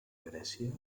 grècia